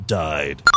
died